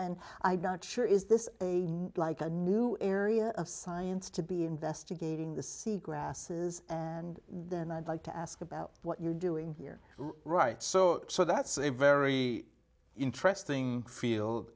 and i don't sure is this like a new area of science to be investigating the sea grasses and then i'd like to ask about what you're doing here right so so that's a very interesting feel